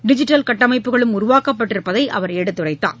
digital கட்டமைப்புகளும் உருவாக்கப்பட்டிருப்பதை அவர் எடுத்துரைத்தார்